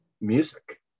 music